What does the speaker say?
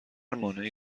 مانعی